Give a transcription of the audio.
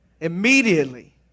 immediately